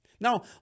Now